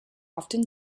often